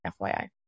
fyi